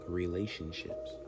relationships